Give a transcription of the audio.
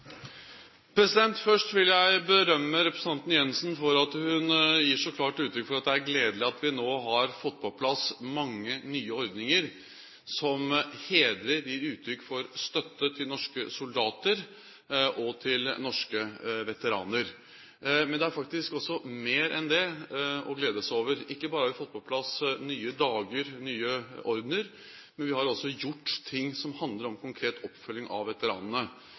Først vil jeg berømme representanten Jensen for at hun gir så klart uttrykk for at det er gledelig at vi nå har fått på plass mange nye ordninger som hedrer og gir uttrykk for støtte til norske soldater og norske veteraner. Men det er faktisk også mer enn det å glede seg over. Ikke bare har vi fått på plass nye dager og nye ordener, vi har også gjort ting som handler om konkret oppfølging av